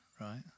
right